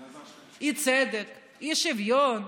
אי-צדק, אי-שוויון.